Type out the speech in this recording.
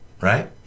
Right